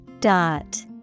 dot